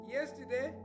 Yesterday